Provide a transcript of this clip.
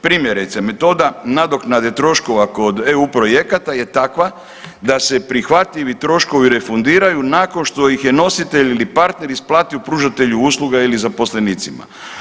Primjerice, metoda nadoknade troškova kod EU projekata je takva da se prihvatljivi troškovi refundiraju nakon što ih je nositelj ili partner isplatio pružatelju usluga ili zaposlenicima.